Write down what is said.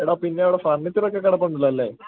എടാ പിന്നെ അവിടെ ഫർനിച്ചർ ഒക്കെ കിടപ്പുണ്ടല്ലോ അല്ലേ